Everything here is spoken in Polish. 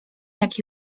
jak